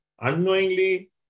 unknowingly